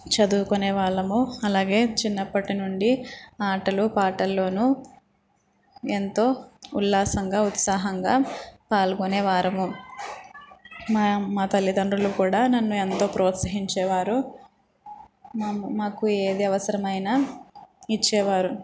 చదువుకునే వాళ్ళము అలాగే చిన్నప్పటినుండి ఆటలు పాటల్లోనూ ఎంతో ఉల్లాసంగా ఉత్సాహంగా పాల్గొనే వారము మా మా తల్లిదండ్రులు కూడా నన్ను ఎంతో ప్రోత్సహించేవారు మా మాకు ఏది అవసరమైన ఇచ్చేవారు